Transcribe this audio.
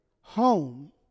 home